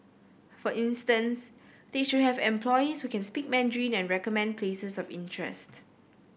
for instance they should have employees who can speak Mandarin and recommend places of interest